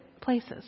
places